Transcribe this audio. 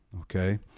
okay